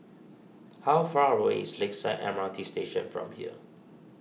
how far away is Lakeside M R T Station from here